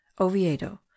Oviedo